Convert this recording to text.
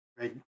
right